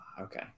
Okay